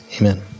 amen